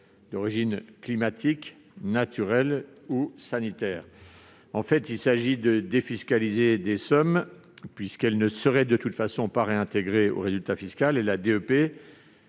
d'origine climatique, naturelle ou sanitaire. Il s'agit de défiscaliser ces sommes, puisqu'elles ne seraient pas réintégrées au résultat fiscal. La DEP